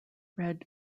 read